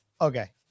Okay